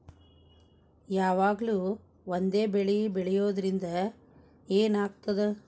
ಯಾವಾಗ್ಲೂ ಒಂದೇ ಬೆಳಿ ಬೆಳೆಯುವುದರಿಂದ ಏನ್ ಆಗ್ತದ?